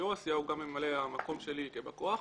יו"ר הסיעה, הוא גם ממלא המקום שלי כבא כוח.